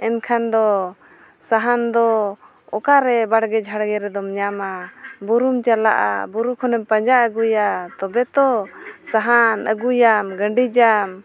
ᱮᱱᱠᱷᱟᱱ ᱫᱚ ᱥᱟᱦᱟᱱ ᱫᱚ ᱚᱠᱟᱨᱮ ᱵᱟᱲᱜᱮ ᱡᱷᱟᱲᱜᱮ ᱨᱮᱫᱚᱢ ᱧᱟᱢᱟ ᱵᱩᱨᱩᱢ ᱪᱟᱞᱟᱜᱼᱟ ᱵᱩᱨᱩ ᱠᱷᱚᱱᱮᱢ ᱯᱟᱸᱦᱟ ᱟᱹᱜᱩᱭᱟ ᱛᱚᱵᱮᱼᱛᱚ ᱥᱟᱦᱟᱱ ᱟᱹᱜᱩᱭᱟᱢ ᱜᱟᱹᱰᱤᱡᱟᱢ